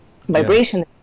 vibration